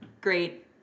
great